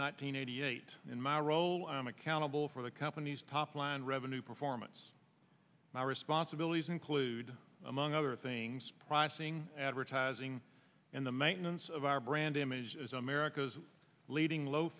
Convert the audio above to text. seen eighty eight in my role i am accountable for the company's top line revenue performance my responsibilities include among other things pricing advertising in the maintenance of our brand image as america's leading low